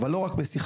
אבל לא רק משיחה,